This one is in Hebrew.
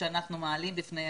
שאנו מעלים בפניהם,